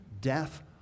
death